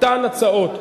אותן הצעות.